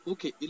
Okay